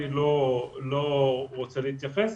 אני לא רוצה להתייחס.